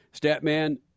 Statman